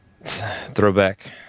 Throwback